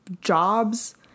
jobs